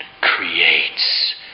creates